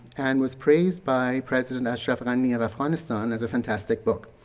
and was praised by president ashraf ghani of afghanistan as a fantastic book.